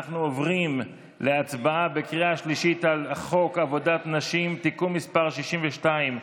אנחנו עוברים להצבעה בקריאה שלישית על חוק עבודת נשים (תיקון מס' 62),